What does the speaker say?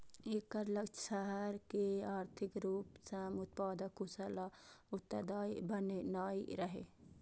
एकर लक्ष्य शहर कें आर्थिक रूप सं उत्पादक, कुशल आ उत्तरदायी बनेनाइ रहै